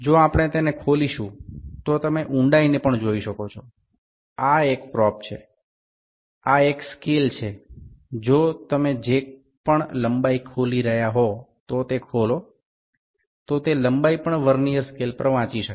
જો આપણે તેને ખોલીશું તો તમે ઊંડાઈને પણ જોઈ શકો છો આ એક પ્રોબ છે આ એક સ્કેલ છે જો તમે જે પણ લંબાઈ ખોલી રહ્યા હો તે ખોલો તો તે લંબાઈ પણ વર્નીઅર સ્કેલ પર વાંચી શકાય છે